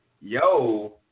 yo